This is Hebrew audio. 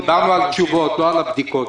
דיברנו על תשובות, לא על הבדיקות.